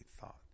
thought